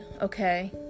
okay